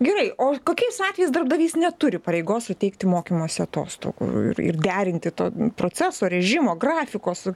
gerai o kokiais atvejais darbdavys neturi pareigos suteikti mokymosi atostogų ir derinti to proceso režimo grafiko su